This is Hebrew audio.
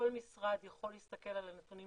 כל משרד יכול להסתכל על הנתונים